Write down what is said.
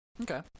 Okay